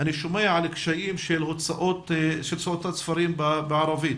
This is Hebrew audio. אני שומע על קשיים של הוצאות הספרים בערבית,